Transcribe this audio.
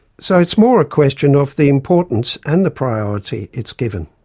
so it's more a question of the importance and the priority it's given.